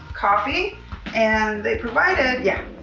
coffee and they provided. yeah,